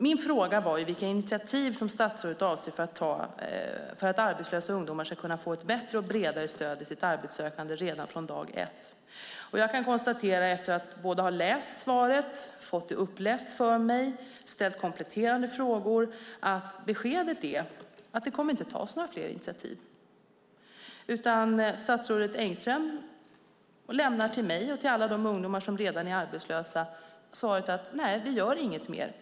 Min fråga var vilka initiativ statsrådet avser att ta för att arbetslösa ungdomar ska kunna få ett bättre och bredare stöd i sitt arbetssökande redan från dag ett. Och jag kan konstatera efter att både ha läst svaret, fått det uppläst för mig och ställt kompletterande frågor att beskedet är att det inte kommer att tas några fler initiativ, utan statsrådet Engström lämnar till mig och till alla de ungdomar som är arbetslösa svaret: Nej, vi gör inget mer.